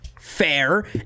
fair